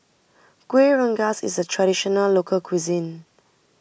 Kuih Rengas is a Traditional Local Cuisine